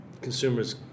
consumers